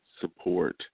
support